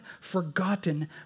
forgotten